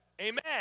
Amen